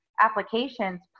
applications